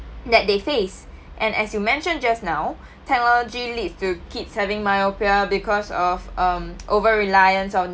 that they face and as you mentioned just now technology leads to kids having myopia because of um over reliance on